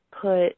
put